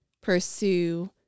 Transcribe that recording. pursue